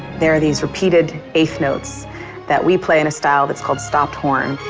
there are these repeated eighth notes that we play in a style that's called stopped horn.